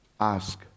ask